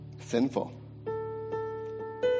sinful